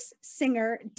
singer